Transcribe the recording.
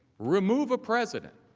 remove a president,